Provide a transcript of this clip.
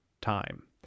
time